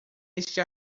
este